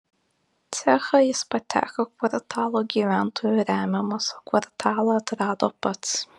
cechą jis pateko kvartalo gyventojų remiamas o kvartalą atrado pats